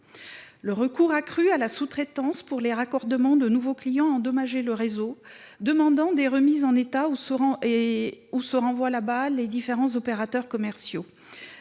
Le recours accru à la sous traitance pour les raccordements de nouveaux clients a endommagé le réseau, de sorte que des remises en état sont nécessaires. Reste que les différents opérateurs commerciaux